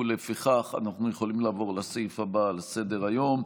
ולפיכך אנחנו יכולים לעבור לסעיף הבא שעל סדר-היום.